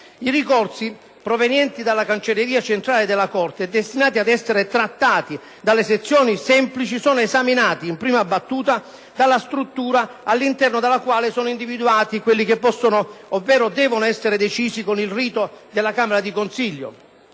I ricorsi provenienti dalla cancelleria centrale della Corte e destinati ad essere trattati dalle sezioni semplici sono esaminati, in prima battuta, dalla struttura, all’interno della quale sono individuati quelli che possono ovvero devono essere decisi con il rito della camera di consiglio.